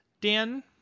Dan